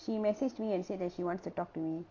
she messaged me and said that she wants to talk to me